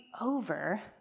over